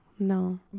No